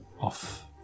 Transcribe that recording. off